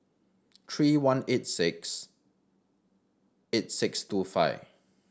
three one eight six eight six two five